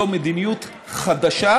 זו מדיניות חדשה